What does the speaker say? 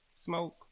smoke